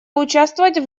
участвовать